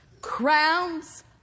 Crowns